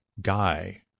guy